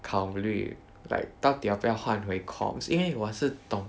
考虑 like 到底要不要换回 comms 因为我是懂